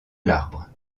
l’arbre